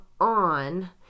on